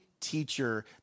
teacher